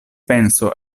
penso